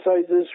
sizes